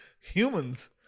humans